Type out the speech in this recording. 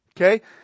Okay